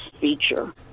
feature